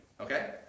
Okay